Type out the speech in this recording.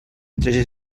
entre